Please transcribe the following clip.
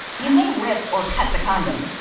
you may rip or cut the condom.